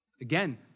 Again